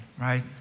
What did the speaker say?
right